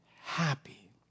happy